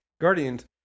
guardians